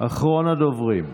אחרון הדוברים.